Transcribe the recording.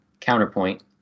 counterpoint